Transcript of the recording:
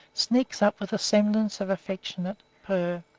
sneaks up with semblance of affectionate purr,